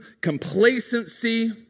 complacency